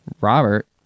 Robert